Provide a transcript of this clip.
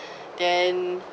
then